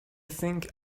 think